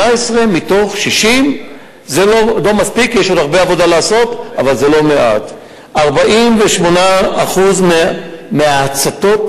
אני אפילו לא יודעת באיזה פוזיציה הוא נמצא,